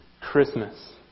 Christmas